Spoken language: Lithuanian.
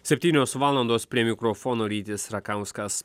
septynios valandos prie mikrofono rytis rakauskas